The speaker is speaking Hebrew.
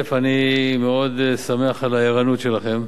חברי חברי הכנסת, אני מאוד שמח על הערנות שלכם.